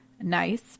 nice